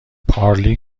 پارلی